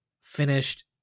finished